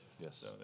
Yes